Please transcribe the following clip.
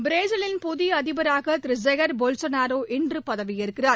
பிரேசிலின் புதிய அதிபராக திரு ஜேர் போல்சனாரோ இன்று பதவியேற்கிறார்